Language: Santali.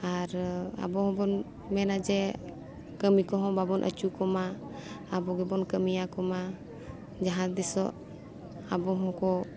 ᱟᱨ ᱟᱵᱚ ᱦᱚᱸᱵᱚᱱ ᱢᱮᱱᱟ ᱡᱮ ᱠᱟᱹᱢᱤ ᱠᱚᱦᱚᱸ ᱵᱟᱵᱚᱱ ᱟᱹᱪᱩ ᱠᱚᱢᱟ ᱟᱵᱚ ᱜᱮᱵᱚᱱ ᱠᱟᱹᱢᱤᱭᱟᱠᱚ ᱢᱟ ᱡᱟᱦᱟᱸ ᱛᱤᱥᱚᱜ ᱟᱵᱚ ᱦᱚᱸᱠᱚ